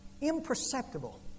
imperceptible